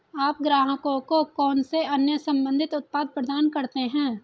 आप ग्राहकों को कौन से अन्य संबंधित उत्पाद प्रदान करते हैं?